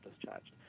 discharged